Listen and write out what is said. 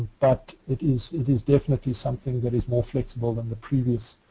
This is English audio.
but it is it is definitely something that is more flexible than the previous